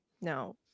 No